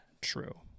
true